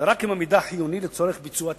ורק אם המידע חיוני לצורך ביצוע תפקיד.